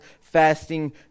fasting